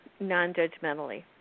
Non-judgmentally